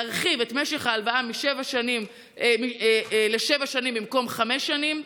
להרחיב את משך ההלוואה לשבע שנים במקום חמש שנים,